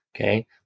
Okay